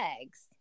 eggs